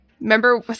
Remember